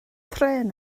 trên